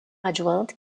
adjointe